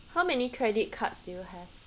how many credit cards do you have